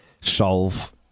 solve